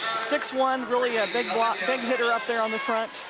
six one, really a big big hitter upthere on the front.